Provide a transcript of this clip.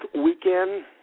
weekend